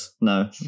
No